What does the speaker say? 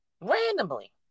randomly